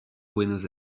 buenos